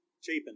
Chapin